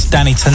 Danny